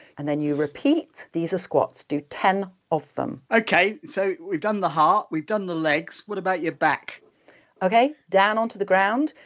and then you repeat these are squats do ten of them okay, so we've done the heart, we've done the legs, what about your back okay, down on to the ground,